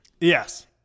Yes